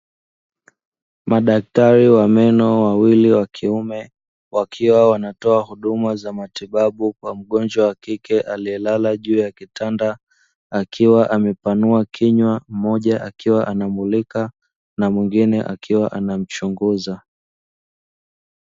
Madaktari wa meno wawili wa kiume wakiwa wanatoa huduma za matibabu kwa mgonjwa wa kike aliyelala juu ya kitanda, akiwa amepanua kinywa mmoja akiwa anamulika na mwingine akiwa anamchunguza.